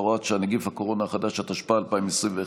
שעה, נגיף הקורונה החדש), התשפ"א 2021,